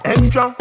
Extra